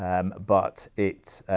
um but it,